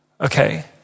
okay